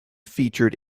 featured